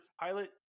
pilot